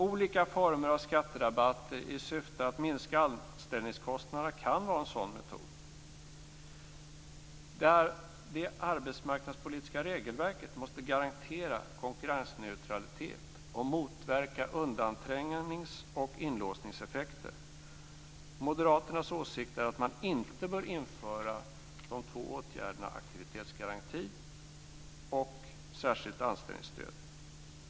Olika former av skatterabatter i syfte att minska anställningskostnaderna kan vara en sådan metod. Det arbetsmarknadspolitiska regelverket måste garantera konkurrensneutralitet och motverka undanträngnings och inlåsningseffekter. Moderaternas åsikt är att man inte bör införa de två åtgärderna aktivitetsgaranti och särskilt anställningsstöd.